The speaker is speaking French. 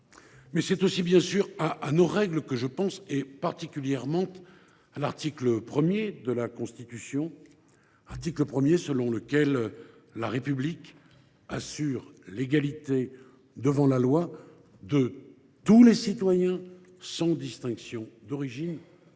C’est aussi bien sûr à nos règles que je pense, et particulièrement à l’article 1 de la Constitution, selon lequel la République « assure l’égalité devant la loi de tous les citoyens sans distinction d’origine,